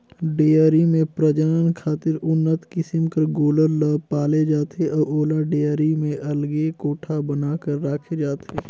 dairy में प्रजनन खातिर उन्नत किसम कर गोल्लर ल पाले जाथे अउ ओला डेयरी में अलगे कोठा बना कर राखे जाथे